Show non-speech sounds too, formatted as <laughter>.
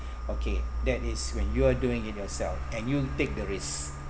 <breath> okay that is when you're doing it yourself and you take the risk